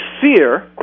fear